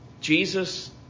Jesus